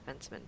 defenseman